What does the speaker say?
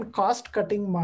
cost-cutting